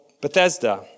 Bethesda